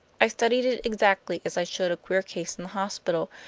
i studied it exactly as i should a queer case in the hospital,